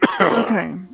Okay